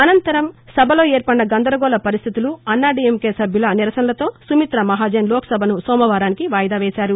అనంతరం సభలో ఏర్పడిన గందరగోళ పరిస్థితులు అన్నాడీఎంకే సభ్యుల నిరసనలతో సుమితా మహాజన్ లోక్సభను సోమవారానికి వాయిదా వేశారు